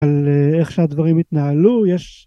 על איך שהדברים התנהלו יש.